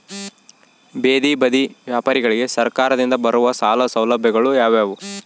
ಬೇದಿ ಬದಿ ವ್ಯಾಪಾರಗಳಿಗೆ ಸರಕಾರದಿಂದ ಬರುವ ಸಾಲ ಸೌಲಭ್ಯಗಳು ಯಾವುವು?